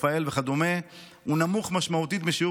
רפא"ל וכדומה הוא נמוך משמעותית משיעור